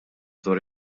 dwar